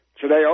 Today